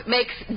Makes